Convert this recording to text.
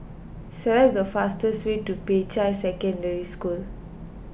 select the fastest way to Peicai Secondary School